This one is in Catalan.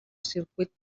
circuit